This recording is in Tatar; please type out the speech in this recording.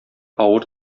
авыр